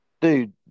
Dude